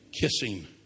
kissing